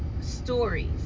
stories